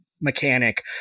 mechanic